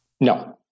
No